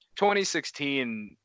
2016